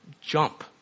jump